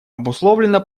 обусловлена